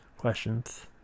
questions